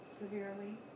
severely